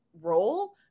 role